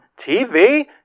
TV